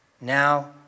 Now